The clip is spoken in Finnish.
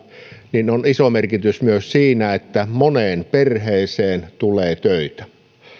on iso merkitys myös sillä että moneen perheeseen tulee töitä